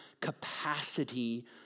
capacity